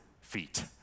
feet